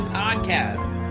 podcast